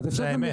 זה האמת.